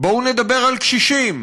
בואו נדבר על קשישים.